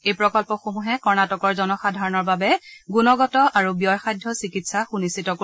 এই প্ৰকল্পসমূহে কৰ্ণাটকৰ জনসাধাৰণৰ বাবে গুণগত আৰু ব্যয়সাধ্য চিকিৎসা সুনিশ্চিত কৰিব